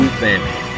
family